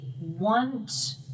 want